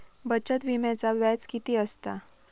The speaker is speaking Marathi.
बचत विम्याचा व्याज किती असता?